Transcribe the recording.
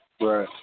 Right